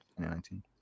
2019